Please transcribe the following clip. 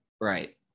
Right